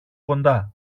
κοντά